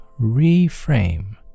reframe